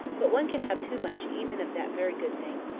but one can have too much even of that very good thing,